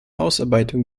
ausarbeitung